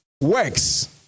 works